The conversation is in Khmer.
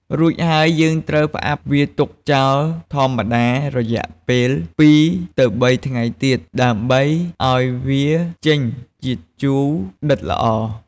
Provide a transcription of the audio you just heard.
រួចហើយយើងត្រូវផ្អាប់វាទុកចោលធម្មតារយៈពេល ២ ទៅ៣ថ្ងៃទៀត ដើម្បីឱ្យវាចេញជាតិជូរដិតល្អ។